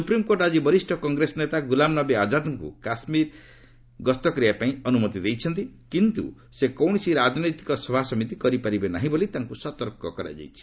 supreme court ଆଜି ବରିଷ୍ଠ କଂଗ୍ରେସ ନେତା ଗୁଲାମନବୀ ଆଜାଦଙ୍କୁ କାମ୍ମୁ କାଶ୍ମୀର ଗସ୍ତ କରିବା ପାଇଁ ଅନୁମତି ଦେଇଛନ୍ତି କିନ୍ତୁ ସେ କୌଣସି ରାଜନୈତିକ ସଭାସମିତି କରିପାରିବେ ନାହିଁ ବୋଲି ତାଙ୍କୁ ସତର୍କ କରାଯାଇଛି